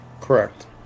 Correct